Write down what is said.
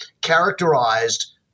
characterized